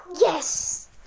Yes